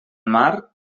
mar